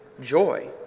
joy